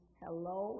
hello